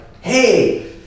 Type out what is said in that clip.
Hey